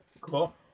Cool